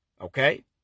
Okay